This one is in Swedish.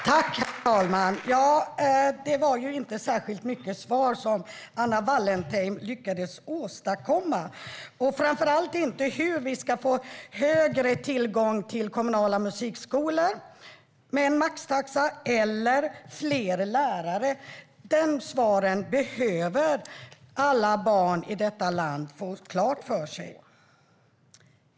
Herr talman! Det var inte särskilt mycket till svar som Anna Wallentheim lyckades åstadkomma, framför allt inte beträffande hur vi med en maxtaxa ska få bättre tillgång till kommunala musikskolor eller fler lärare. Det behöver alla barn i detta land få klart för sig.